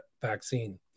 vaccine